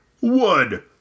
Wood